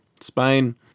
Spain